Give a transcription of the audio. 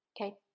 okay